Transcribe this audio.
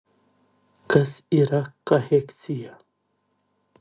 kas yra kacheksija